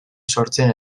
sortzen